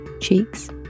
cheeks